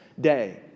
day